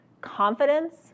confidence